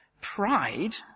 pride